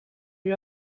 lui